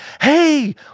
hey